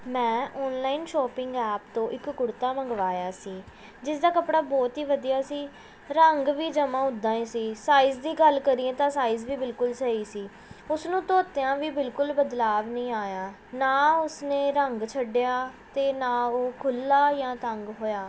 ਮੈਂ online shopping app ਤੋਂ ਇੱਕ ਕੁੜਤਾ ਮੰਗਵਾਇਆ ਸੀ ਜਿਸ ਦਾ ਕੱਪੜਾ ਬਹੁਤ ਹੀ ਵਧੀਆ ਸੀ ਰੰਗ ਵੀ ਜਮਾਂ ਉੱਦਾਂ ਹੀ ਸੀ ਸਾਈਜ਼ ਦੀ ਗੱਲ ਕਰੀਏ ਤਾਂ ਸਾਈਜ਼ ਵੀ ਬਿਲਕੁਲ ਸਹੀ ਸੀ ਉਸਨੂੰ ਧੋਤਿਆਂ ਵੀ ਬਿਲਕੁਲ ਬਦਲਾਵ ਨਹੀਂ ਆਇਆ ਨਾ ਉਸਨੇ ਰੰਗ ਛੱਡਿਆ ਅਤੇ ਨਾ ਉਹ ਖੁੱਲ੍ਹਾ ਜਾਂ ਤੰਗ ਹੋਇਆ